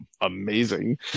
amazing